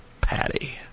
Patty